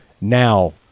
now